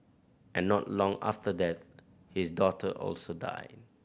and not long after that his daughter also died